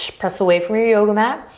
press away from your yoga mat.